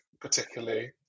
particularly